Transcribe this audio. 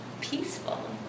peaceful